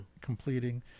completing